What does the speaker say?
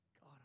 God